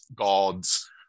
gods